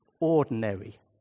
ordinary